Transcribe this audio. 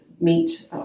meet –